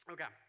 Okay